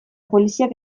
poliziak